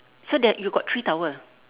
so there you got three towel